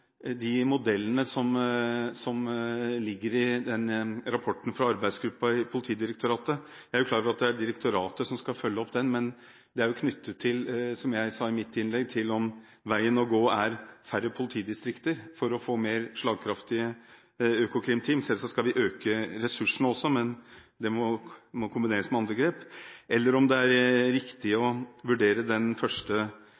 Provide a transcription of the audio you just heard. de modellene som ligger i rapporten fra arbeidsgruppa i Politidirektoratet. Jeg er klar over at det er direktoratet som skal følge opp den, men som jeg sa i mitt innlegg, er dette knyttet til om veien å gå er færre politidistrikter for å få mer slagkraftige økokrimteam. Selvsagt skal vi øke ressursene også, men det må kombineres med andre grep. Er det riktig